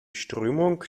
strömung